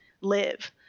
live